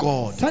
God